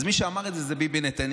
אז מי שאמר את זה הוא ביבי נתניהו.